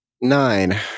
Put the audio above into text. Nine